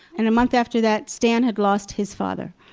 and a month after that stan had lost his father.